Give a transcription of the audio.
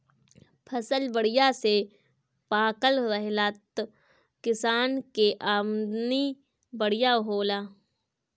फसल बढ़िया से पाकल रहेला त किसान के आमदनी बढ़िया होला